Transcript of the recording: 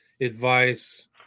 advice